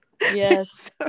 Yes